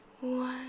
one